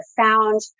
found